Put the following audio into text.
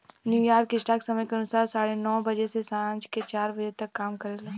New York stock समय के अनुसार साढ़े नौ बजे से सांझ के चार बजे तक काम करेला